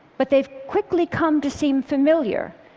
but they've quickly come to seem familiar,